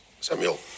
Samuel